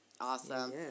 Awesome